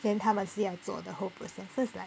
then 他们是要做 the whole process so it's like